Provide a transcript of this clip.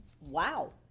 Wow